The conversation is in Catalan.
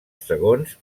segons